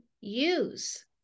use